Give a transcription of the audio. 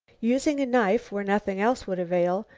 using a knife where nothing else would avail,